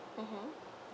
mmhmm